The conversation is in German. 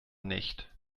nicht